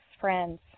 friends